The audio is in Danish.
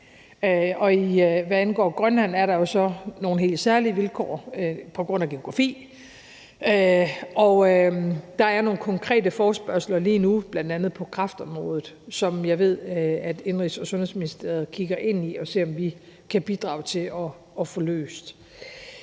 og hvad angår Grønland er der jo så nogle helt særlige vilkår på grund af geografi. Der er nogle konkrete forespørgsler lige nu, bl.a. på kræftområdet, som jeg ved at Indenrigs- og Sundhedsministeriet kigger ind i og ser på om vi kan bidrage til at få løst.